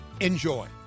Enjoy